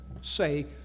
say